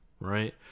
right